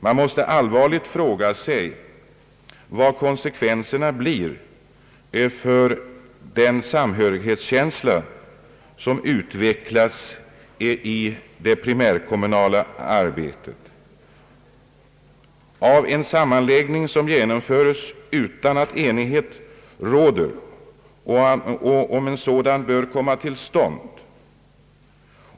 Man måste allvarligt fråga sig vilka konsekvenserna blir för den samhörighetskänsla som utvecklats i det primärkommunala arbetet vid en sammanläggning som genomföres utan att enighet råder om att en sådan bör komma till stånd.